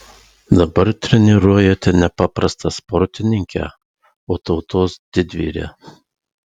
dabar treniruojate ne paprastą sportininkę o tautos didvyrę